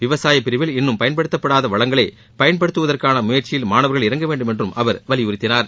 விவசாய பிரிவில் இன்னும் பயன்படுத்தப்படாத வளங்களை பயன்படுத்துவதற்கான முயற்சியில் மாணவர்கள் இறங்கவேண்டும் என்று அவர் வலியுறுத்தினார்